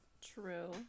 True